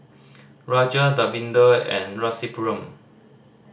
Raja Davinder and Rasipuram